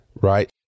right